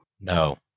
No